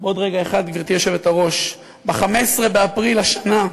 עוד רגע אחד, גברתי היושבת-ראש, ב-15 באפריל השנה,